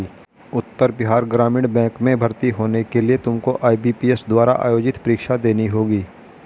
उत्तर Bihar Gramin bank में भर्ती होने के लिए तुमको आई.बी.पी.एस द्वारा आयोजित परीक्षा देनी होगी